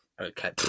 Okay